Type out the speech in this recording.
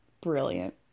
Brilliant